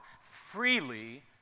freely